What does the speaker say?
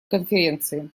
конференции